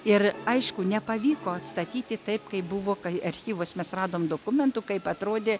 ir aišku nepavyko atstatyti taip kaip buvo kai archyvus mes radom dokumentų kaip atrodė